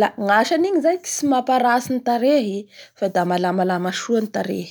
La gnasan'igny zay ko tsy haparatsy ny tarehy fa da malamalama soa ny tarehy.